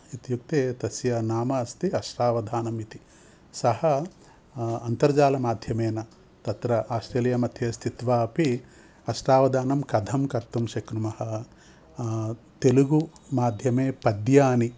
इत्युक्ते तस्य नाम अस्ति अष्टावधानमिति सः अन्तर्जालमाध्यमेन तत्र आस्ट्रेलियामध्ये स्थित्वापि अष्टावधानं कथं कर्तुं शक्नुमः तेलुगुमाध्यमे पद्यानि